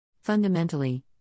Fundamentally